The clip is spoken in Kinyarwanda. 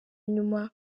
inyuma